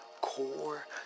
core